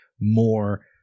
more